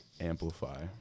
amplify